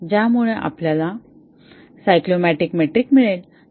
ज्यामुळे आपल्याला cyclomatic metric मिळेल